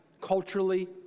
culturally